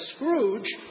Scrooge